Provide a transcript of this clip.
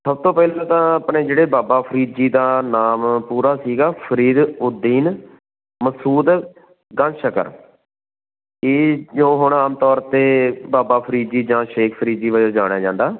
ਸਭ ਤੋਂ ਪਹਿਲਾਂ ਤਾਂ ਆਪਣੇ ਜਿਹੜੇ ਬਾਬਾ ਫ਼ਰੀਦ ਜੀ ਦਾ ਨਾਮ ਪੂਰਾ ਸੀਗਾ ਫ਼ਰੀਦ ਉਦ ਦੀਨ ਮਸੂਦ ਗੰਜ ਸ਼ਕਰ ਇਹ ਜੋ ਹੁਣ ਆਮ ਤੌਰ 'ਤੇ ਬਾਬਾ ਫ਼ਰੀਦ ਜੀ ਜਾਂ ਸ਼ੇਖ ਫ਼ਰੀਦ ਜੀ ਵਜੋਂ ਜਾਣਿਆ ਜਾਂਦਾ